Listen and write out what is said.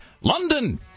London